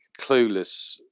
clueless